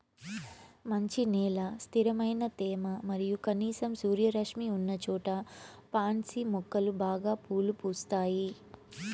మంచి నేల, స్థిరమైన తేమ మరియు కనీసం సూర్యరశ్మి ఉన్నచోట పాన్సి మొక్కలు బాగా పూలు పూస్తాయి